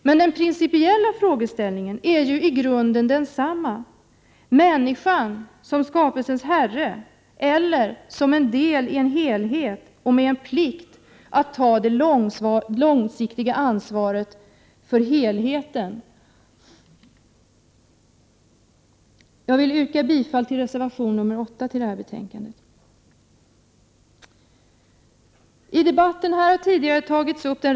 Men den principiella frågeställningen är ju i grunden densamma, människan som skapelsens herre eller som en del i en helhet och med plikt att ta det långsiktiga ansvaret för helheten. Jag yrkar bifall till reservation 8 till detta betänkande.